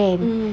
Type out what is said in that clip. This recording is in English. mm